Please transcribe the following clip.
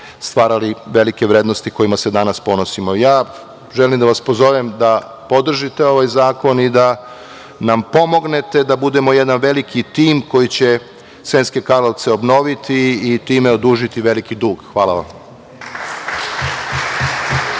stvarali velike vrednosti kojima se danas ponosimo. Želim da vas pozovem da podržite ovaj zakon i da nam pomognete da budemo jedan veliki tim koji će Sremske Karlovce obnoviti i time odužiti veliki dug. Hvala. **Vladimir